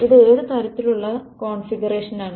ഇത് ഏത് തരത്തിലുള്ള കോൺഫിഗറേഷനാണ്